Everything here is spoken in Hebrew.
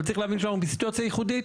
אבל צריך להבין שאנחנו בסיטואציה ייחודית.